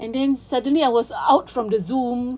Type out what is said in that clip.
and then suddenly I was out from the Zoom